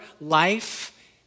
life